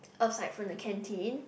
aside from the canteen